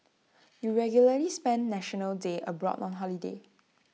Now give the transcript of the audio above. you regularly spend National Day abroad on holiday